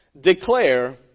Declare